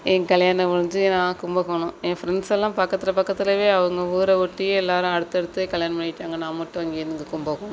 என் கல்யாணம் முடிஞ்சு நான் கும்பகோணம் என் ஃப்ரெண்ட்ஸெல்லாம் பக்கத்தில் பக்கத்துலயே அவங்க ஊரை ஒட்டியே எல்லோரும் அடுத்து அடுத்து கல்யாணம் பண்ணிட்டாங்க நான் மட்டும் அங்கேயிருந்து இங்கே கும்பகோணம்